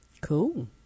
cool